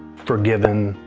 forgiven,